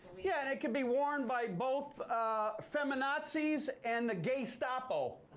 yeah, and it could be worn by both femi-nazis and the gay-stapo.